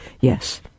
yes